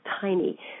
tiny